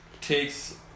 takes